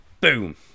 Boom